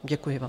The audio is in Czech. Děkuji vám.